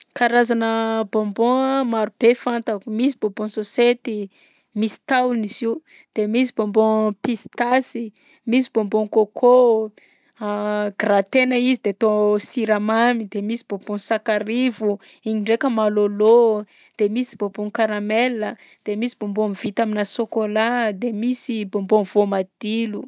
Karazana bonbon maro be fantako: misy bonbon sôsety, misy tahony izy io; de misy bonbon pistasy, misy bonbon coco gratena izy de atal siramamy, de misy bonbon sakarivo igny ndraika malaolao, de misy bonbon karamela de misy bonbon vita aminà sôkôla de misy bonbon voamadilo.